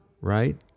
right